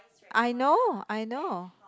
I know I know